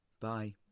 Bye